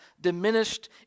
diminished